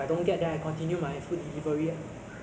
it is very common lah but just don't get caught